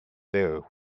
there